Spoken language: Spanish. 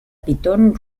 python